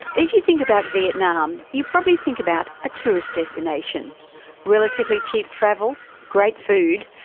if you think about vietnam you probably think about a tourist destination relatively cheap travel, great food,